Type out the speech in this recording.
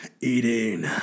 eating